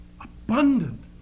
abundant